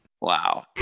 Wow